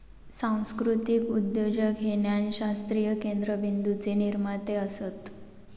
सांस्कृतीक उद्योजक हे ज्ञानशास्त्रीय केंद्रबिंदूचे निर्माते असत